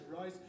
rise